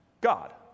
God